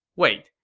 wait,